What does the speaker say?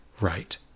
right